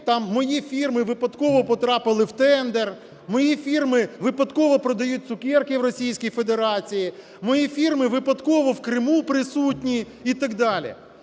там мої фірми випадково потрапили в тендер. Мої фірми випадково продають цукерки в Російській Федерації. Мої фірми випадково в Криму присутні і так далі.